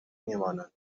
میمانند